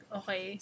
okay